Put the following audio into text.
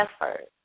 effort